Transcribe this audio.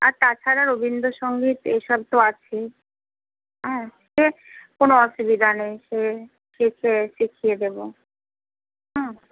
আর তাছাড়া রবীন্দ্র সংগীত এইসব তো আছেই হ্যাঁ সে কোনো অসুবিধা নেই সে শিখিয়ে শিখিয়ে দেবো হুম